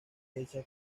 hecha